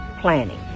planning